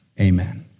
Amen